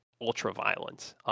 ultra-violent